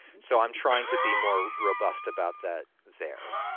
so i'm trying to be more robust about that there.